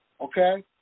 Okay